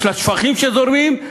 של השפכים שזורמים?